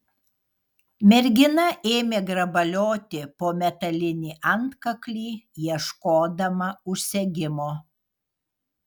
mergina ėmė grabalioti po metalinį antkaklį ieškodama užsegimo